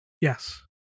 Yes